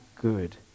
good